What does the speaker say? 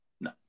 no